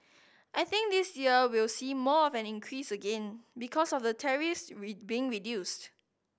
I think this year we'll see more of an increase again because of the tariffs being reduced